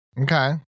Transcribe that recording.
Okay